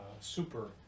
super